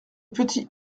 petit